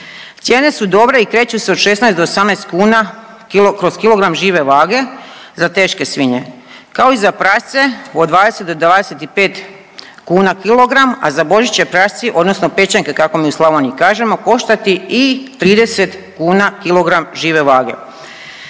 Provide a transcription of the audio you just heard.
Cijene su dobre i kreću se od 16 do 18 kuna kroz kilogram žive vage za teške svinje, kao i za prasce od 20 do 25 kuna kilogram, a za Božić će prasci, odnosno pečenke kako mi u Slavoniji kažemo, koštati i 30 kuna kilogram žive vage.